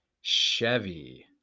Chevy